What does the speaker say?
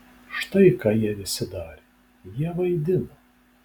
štai ką jie visi darė jie vaidino